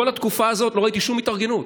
בכל התקופה הזאת לא ראיתי שום התארגנות.